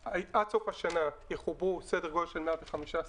עד סוף השנה יחוברו סדר גודל של 115 מפעלים.